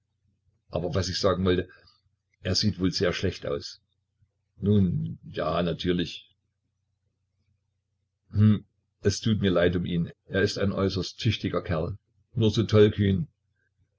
aber was ich sagen wollte er sieht wohl sehr schlecht aus nun ja natürlich hm es tut mir leid um ihn er ist ein äußerst tüchtiger kerl nur so tollkühn